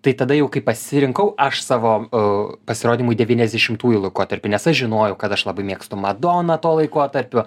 tai tada jau kaip pasirinkau aš savo pasirodymui devyniasdešimųjų laikotarpį nes aš žinojau kad aš labai mėgstu madoną tuo laikotarpiu